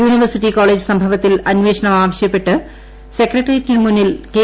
university college സംഭവത്തിൽ അന്വേഷണം ആവശ്യപ്പെട്ട് സെക്രട്ടറിയേറ്റിന് മുന്നിൽ കെ